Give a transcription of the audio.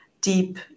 deep